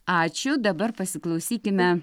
ačiū dabar pasiklausykime